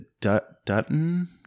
Dutton